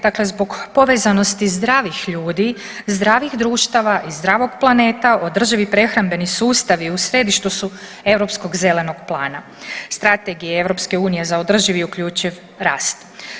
Dakle, zbog povezanosti zdravih ljudi, zdravih društava i zdravog planeta održivi prehrambeni sustavi u središtu su europskog zelenog plana, Strategije EU za održivi i uključiv rast.